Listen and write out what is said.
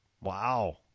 Wow